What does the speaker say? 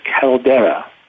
Caldera